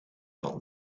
van